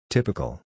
Typical